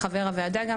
גם חבר הוועדה.